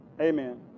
Amen